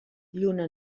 lluna